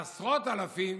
עשרות אלפים